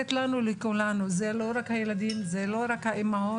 זה לא רק הילדים והאימהות,